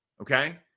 okay